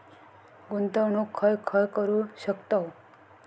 गुंतवणूक खय खय करू शकतव?